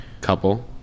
couple